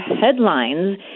headlines